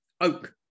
oak